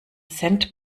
cent